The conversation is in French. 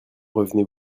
revenez